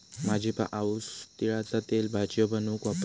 माझी आऊस तिळाचा तेल भजियो बनवूक वापरता